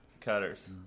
cutters